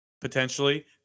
potentially